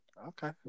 Okay